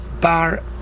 Bar